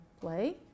play